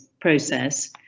process